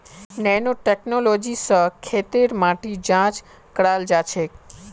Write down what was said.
nano technology स खेतेर माटी जांच कराल जाछेक